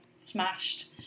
smashed